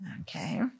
Okay